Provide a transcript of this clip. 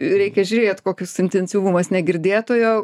reikia žiūrėt kokius intensyvumas negirdėtojo